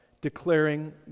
declaring